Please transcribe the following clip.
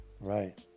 Right